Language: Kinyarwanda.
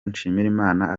nshimirimana